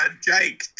Jake